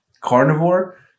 carnivore